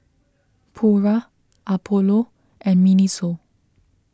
Pura Apollo and Miniso